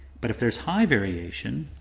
but if there's high variation,